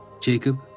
Jacob